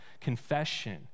Confession